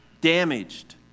damaged